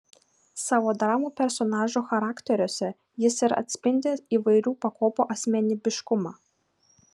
savo dramų personažų charakteriuose jis ir atspindi įvairių pakopų asmenybiškumą